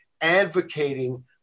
advocating